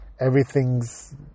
everything's